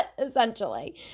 essentially